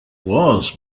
was